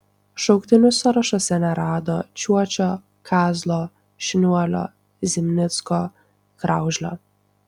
šauktinių sąrašuose nerado čiočio kazlo šniuolio zimnicko kraužlio